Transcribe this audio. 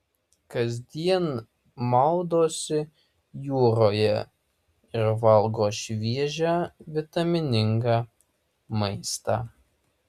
kasdien maudosi jūroje ir valgo šviežią vitaminingą maistą